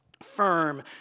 firm